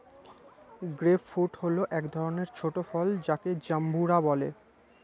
grape fruit হল এক ধরনের ছোট ফল যাকে জাম্বুরা বলে